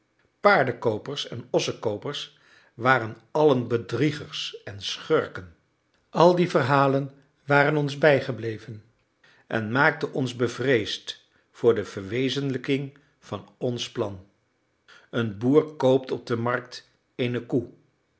paardenkoopers en ossenkoopers waren allen bedriegers en schurken al die verhalen waren ons bijgebleven en maakten ons bevreesd voor de verwezenlijking van ons plan een boer koopt op de markt eene koe